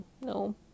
no